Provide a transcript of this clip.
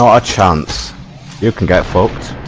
ah chance it can get fox